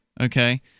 okay